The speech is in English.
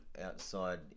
outside